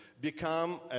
become